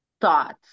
thoughts